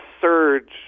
surge